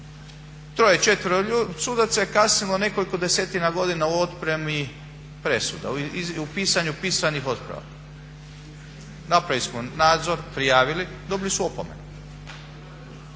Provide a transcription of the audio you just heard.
gdje 3, 4 sudaca je kasnilo nekoliko desetina godina u otpremi presuda, u pisanju pisanih otpravaka. Napravili smo nadzor, prijavili, dobili su opomenu.